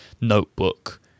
notebook